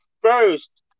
first